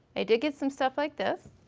i did get some stuff like this.